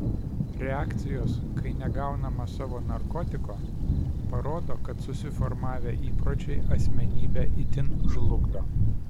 reakcijos kai negaunama savo narkotiko parodo kad susiformavę įpročiai asmenybę itin žlugdo